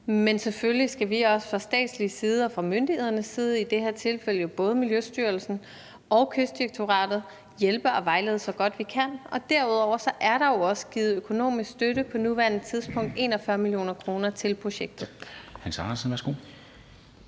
Men selvfølgelig skal vi også fra statslig side og fra myndighedernes side – i det her tilfælde jo både Miljøstyrelsen og Kystdirektoratet – hjælpe og vejlede, så godt vi kan. Og derudover er der jo også givet økonomisk støtte, på nuværende tidspunkt 41 mio. kr., til projektet. Kl.